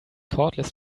cordless